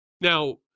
Now